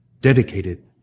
dedicated